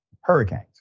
Hurricanes